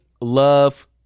love